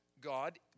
God